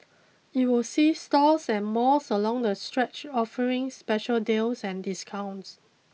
it will see stores and malls along the stretch offering special deals and discounts